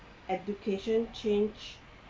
education change